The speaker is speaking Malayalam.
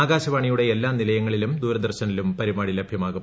ആകാശവാണിയുടെ എല്ലാ നിലയങ്ങളിലും ദൂരദർശനിലും പരിപാടി ലഭ്യമാകും